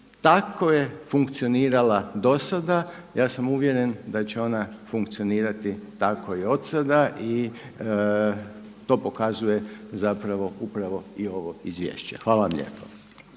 tako je funkcionirala dosada, ja sam uvjeren da će ona funkcionirati tako i odsada i to pokazuje zapravo upravo i ovo izvješće. Hvala vam lijepo.